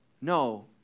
No